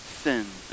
sins